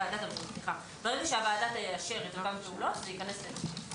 ברגע שהוועדה תאשר אותן פעולות, זה ייכנס תוקף.